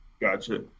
Gotcha